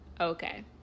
okay